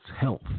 health